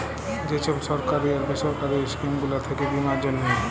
যে ছব সরকারি আর বেসরকারি ইস্কিম গুলা থ্যাকে বীমার জ্যনহে